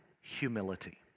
Humility